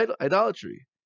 idolatry